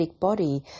body